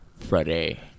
Friday